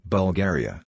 Bulgaria